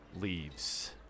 leaves